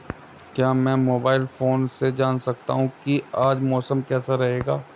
क्या मैं mobile phone से जान सकता हूँ कि आज मौसम कैसा रहेगा?